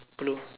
blue